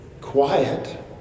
quiet